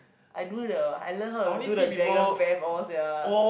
I do the I learn how to do the dragon breath all sia